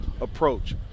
approach